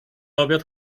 obiad